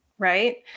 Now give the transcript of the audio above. right